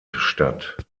statt